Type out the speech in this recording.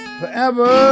forever